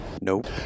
Nope